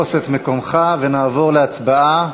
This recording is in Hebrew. לתפוס את מקומך, ונעבור להצבעה.